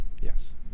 yes